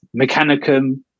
Mechanicum